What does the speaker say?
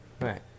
Right